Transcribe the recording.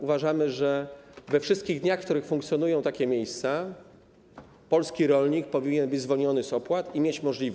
Uważamy, że we wszystkich dniach, w których funkcjonują takie miejsca, polski rolnik powinien być zwolniony z opłat i mieć taką możliwość.